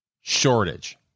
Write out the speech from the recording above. shortage